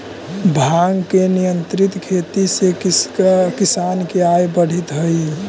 भाँग के नियंत्रित खेती से किसान के आय बढ़ित हइ